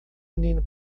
menino